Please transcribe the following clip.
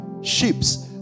Sheeps